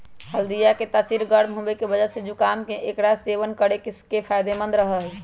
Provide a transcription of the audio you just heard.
हल्दीया के तासीर गर्म होवे के वजह से जुकाम में एकरा सेवन करे से फायदेमंद रहा हई